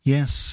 Yes